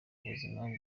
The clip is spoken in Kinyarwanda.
ubuzima